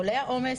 עולה העומס,